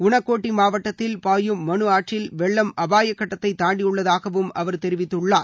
உனாகோட்டி மாவட்டத்தில் பாயும் மனு ஆற்றில் வெள்ளம் அபாயக்கட்டத்தை தாண்டியுள்ளதாக அவர் தெரிவித்துள்ளார்